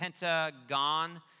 pentagon